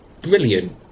brilliant